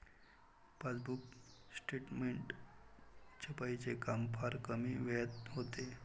passbook statement छपाईचे काम फार कमी वेळात होते